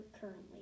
currently